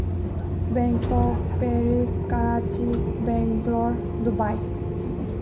Bangkok Paris Karachi Bangalore Dubai